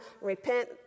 Repent